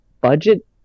budget